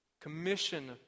commission